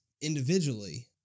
individually